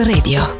Radio